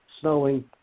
snowing